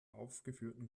aufgeführten